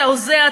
אתה הוזה,